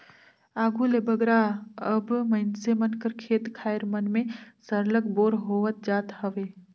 आघु ले बगरा अब मइनसे मन कर खेत खाएर मन में सरलग बोर होवत जात हवे